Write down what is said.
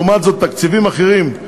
לעומת זאת, תקציבים אחרים,